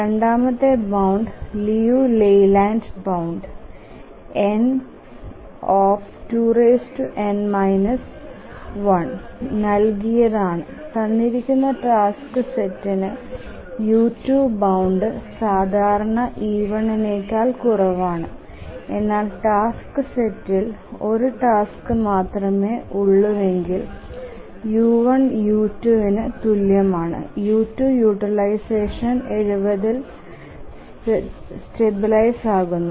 രണ്ടാമത്തെ bound Liu Layland bound n 2n−1 നൽകിയതാണ് തന്നിരിക്കുന്ന ടാസ്ക് സെറ്റിന് u2 ബൌണ്ട് സാധാരണ e1 നേക്കാൾ കുറവാണ് എന്നാൽ ടാസ്ക് സെറ്റിൽ 1 ടാസ്ക് മാത്രമേ ഉള്ളൂവെങ്കിൽ u1 u2 ന് തുല്യമാണ് u2 യൂട്ടിലൈസഷൻ 70ഇൽ സ്റ്റെബിലൈസ് ആകുന്നു